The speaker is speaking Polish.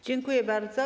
Dziękuję bardzo.